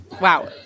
Wow